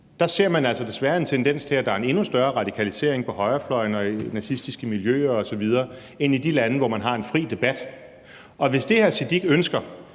så ser man altså desværre en tendens til, at der er en endnu større radikalisering på højrefløjen, i nazistiske miljøer osv. end i de lande, hvor man har en fri debat. Og hvis det, hr. Sikandar